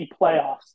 playoffs